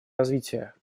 развития